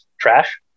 trash